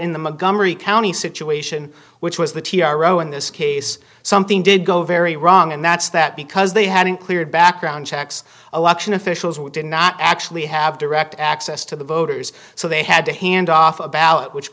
mcgovern county situation which was the t r o in this case something did go very wrong and that's that because they hadn't cleared background checks election officials who did not actually have direct access to the voters so they had to hand off a bow which